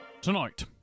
Tonight